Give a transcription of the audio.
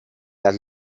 las